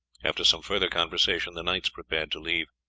after some further conversation the knights prepared to leave.